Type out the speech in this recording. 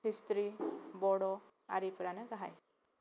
history बर' आरिफोरानो गाहाइ